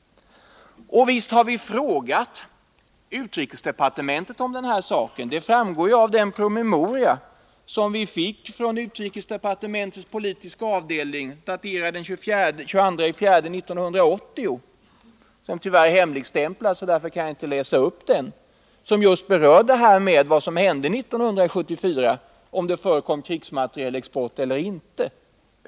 Visst har vi vidare frågat utrikesdepartementet om detta. Det framgår av den promemoria som vi fick från utrikesdepartementets politiska avdelning, daterad den 22 april 1980 — den är hemligstämplad, och därför kan jag tyvärr inte läsa upp den — som just berörde om det 1974 förekom överläggningar om krigsmaterielexport eller inte.